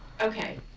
okay